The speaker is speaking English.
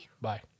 Bye